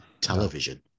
television